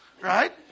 Right